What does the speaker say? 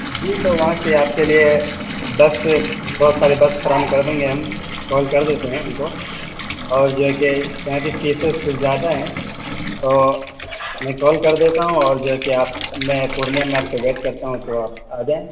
جی تو وہاں سے آپ کے لیے بس سے بہت سارے بس فراہم کر دیں گے ہم کال کر دیتے ہیں ان کو اور جو ہے کہ یہاں کی فیسسز کچھ زیادہ ہیں تو میں کال کر دیتا ہوں اور جو ہے کہ آپ میں پورنیہ میں آپ کا ویٹ کرتا ہوں تو آپ آ جائیں